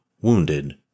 wounded